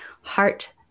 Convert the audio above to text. heart